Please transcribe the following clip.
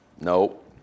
Nope